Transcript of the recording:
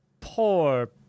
Poor